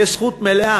יש זכות מלאה,